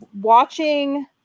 watching